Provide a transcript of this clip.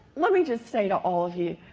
let me just say to all of you,